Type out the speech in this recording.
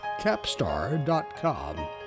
Capstar.com